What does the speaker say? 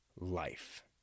life